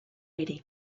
ere